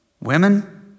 Women